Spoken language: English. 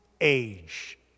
age